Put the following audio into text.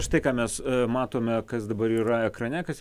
štai ką mes matome kas dabar yra ekrane kas